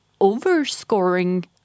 overscoring